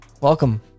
Welcome